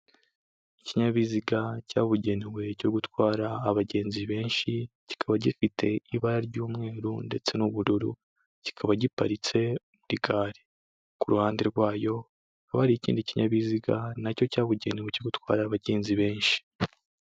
Ikinyabiziga cyabugenewe cyo gutwara abagenzi benshi, kikaba gifite ibara ry'umweru ndetse n'ubururu, kikaba giparitse muri gari, ku ruhande rwayo hakaba hari ikindi kinyabiziga nacyo cyabugenewe cyo gutwara abagenzi benshi.